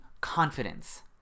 confidence